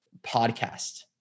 podcast